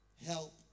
help